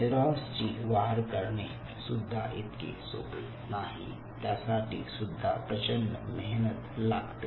neurons ची वाढ करणे सुद्धा इतके सोपे नाही त्यासाठी सुद्धा प्रचंड मेहनत लागते